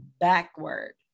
backward